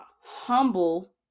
humble